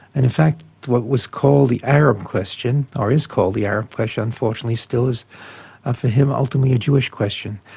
and in fact, what was called the arab question, or is called the arab question, unfortunately still, is ah for him ultimately a jewish question.